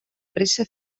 pressa